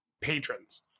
patrons